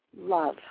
love